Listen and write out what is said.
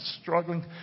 struggling